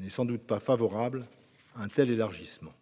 n'est pas favorable à un nouvel élargissement.